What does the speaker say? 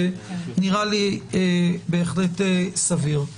נראה לי בהחלט סביר.